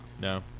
No